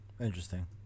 Interesting